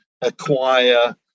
acquire